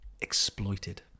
exploited